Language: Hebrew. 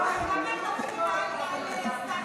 למה לא הגנת על שפיר כשהיא קראה לה "שטויות"?